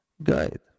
guide